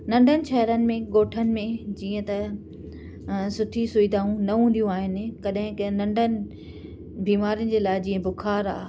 नंढनि शहरनि में ॻोठनि में जीअं त सुठी सुविधाऊं न हूंदियूं आहिनि कॾहिं कंहिं नंढनि बीमारियुनि जे लाइ जीअं बुख़ार आहे